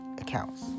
accounts